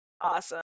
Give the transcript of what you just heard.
Awesome